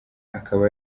akaba